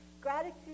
Gratitude